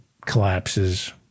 collapses